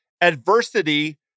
adversity